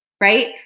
right